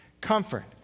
Comfort